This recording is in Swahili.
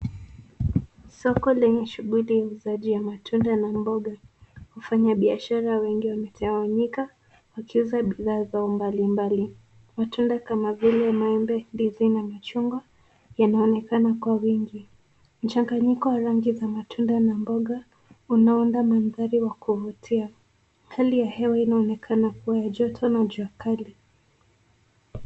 Soko lenye shughuli za uuzaji wa matunda na mboga. Wafanyabiashara wengi wametawanyika wakiuza bidhaa zao mbalimbali. Matunda kama vile maembe, ndizi na machungwa yanaonekana kwa wingi. Mchanganyiko wa rangi za matunda na mboga unaunda mandhari wa kuvutia. Hali ya hewa inaonekana kuwa ya joto na jua kali.